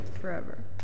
forever